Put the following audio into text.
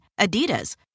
Adidas